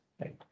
right